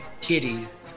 Kitties